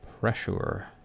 pressure